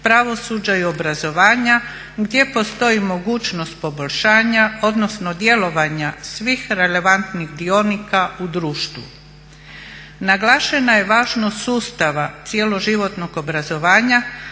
pravosuđa i obrazovanja gdje postoji mogućnost poboljšanja odnosno djelovanja svih relevantnih dionika u društvu. Naglašena je važnost sustava cjeloživotnog obrazovanja